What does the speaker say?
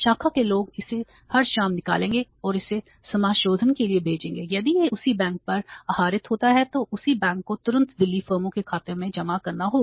शाखा के लोग इसे हर शाम निकालेंगे और इसे समाशोधन के लिए भेजेंगे यदि यह उसी बैंक पर आहरित होता है तो उसी बैंक को तुरंत दिल्ली फर्मों के खाते में जमा करना होगा